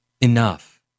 enough